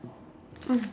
mm